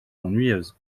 ennuyeuse